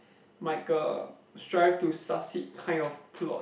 like a strive to succeed kind of plot